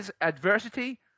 adversity